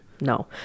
No